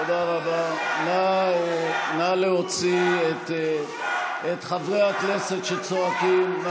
בושה, נא להוציא את חברי הכנסת שצועקים.